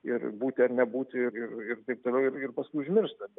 ir būti ar nebūti ir ir taip toliau ir paskui užmiršta